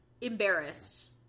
embarrassed